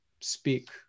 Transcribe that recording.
speak